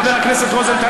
חבר הכנסת רוזנטל,